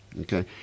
okay